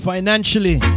Financially